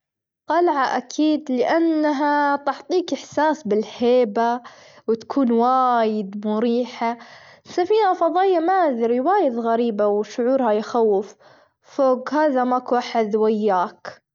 قلعة أكيد لأنها تحطيك إحساس بالهيبة وتكون وايد مريحة، سفينة فضائية ما أذري وايد غريبة وشعورها يخوف فوج هذا ماكو أحد وياك.